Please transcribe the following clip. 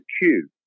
queue